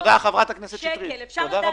חייבת להיות איזו שהיא תזוזה.